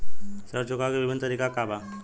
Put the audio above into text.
ऋण चुकावे के विभिन्न तरीका का बा?